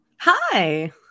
Hi